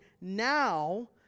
now